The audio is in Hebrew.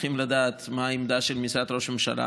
שמחים לדעת מה העמדה של משרד ראש הממשלה.